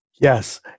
Yes